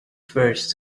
first